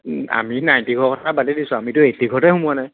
আমি নাইনটি ঘৰৰ কথা বাদে দিছােঁ আমিতো এইটি ঘৰতে সোমাৱা নাই